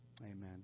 Amen